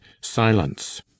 silence